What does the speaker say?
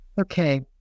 Okay